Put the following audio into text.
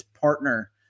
partner